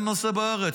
אין נושא בארץ.